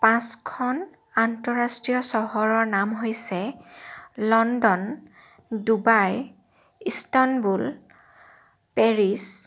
পাঁচখন আন্তঃৰাষ্ট্ৰীয় চহৰৰ নাম হৈছে লণ্ডন ডুবাই ইস্তানবুল পেৰিছ